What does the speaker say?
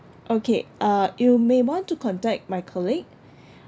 okay uh you may want to contact my colleague